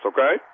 Okay